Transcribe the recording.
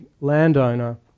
landowner